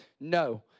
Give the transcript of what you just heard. No